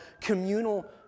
communal